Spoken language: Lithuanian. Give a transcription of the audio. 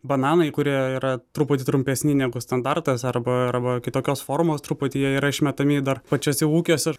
bananai kurie yra truputį trumpesni negu standartas arba arba kitokios formos truputį jie yra išmetami dar pačiuose ūkiuose